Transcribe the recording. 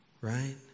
right